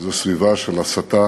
וזו סביבה של הסתה